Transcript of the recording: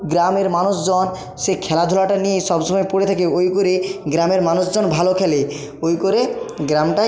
গ্রামের মানুষজন সেই খেলাধুলাটা নিয়ে সবসময় পড়ে থাকে ওই করে গ্রামের মানুষজন ভালো খেলে ওই করে গ্রামটায়